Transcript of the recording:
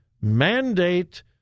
mandate